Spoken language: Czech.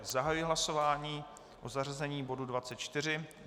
Zahajuji hlasování o zařazení bodu 24.